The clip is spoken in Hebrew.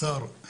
כבוד השר,